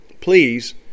please